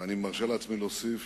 ואני מרשה לעצמי להוסיף